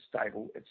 stable